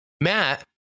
Matt